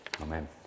Amen